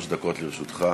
אדוני, שלוש דקות לרשותך.